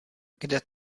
kde